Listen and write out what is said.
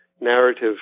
narrative